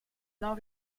non